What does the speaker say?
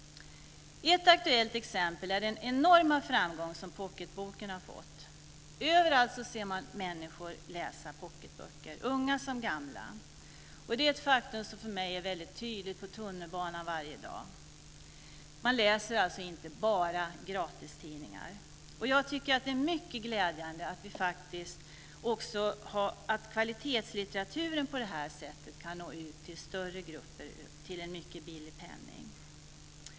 Ett aktuellt exempel är den enorma framgång som pocketboken har fått. Överallt ser man människor läsa pocketböcker - unga som gamla. Det är ett faktum som för mig är tydligt på tunnelbanan varje dag. Man läser inte bara gratistidningar. Det är mycket glädjande att kvalitetslitteraturen till en billig penning kan nå ut till större grupper.